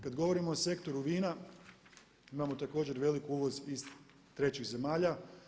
Kada govorimo o sektoru vina, imamo također veliki uvoz iz trećih zemalja.